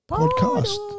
podcast